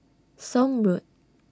Somme Road